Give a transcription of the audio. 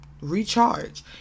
recharge